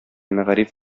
мәгариф